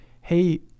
Hey